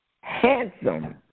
handsome